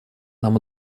нам